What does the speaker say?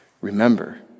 Remember